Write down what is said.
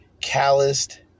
calloused